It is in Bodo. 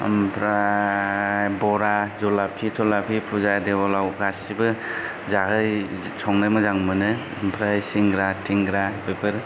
ओमफ्राय बरा जुलाफि थुलाफि फुजा देवोलाव गासिबो संनो मोजां मोनो ओमफ्राय सिंग्रा थिंग्रा बेफोर